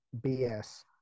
BS